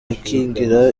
akingira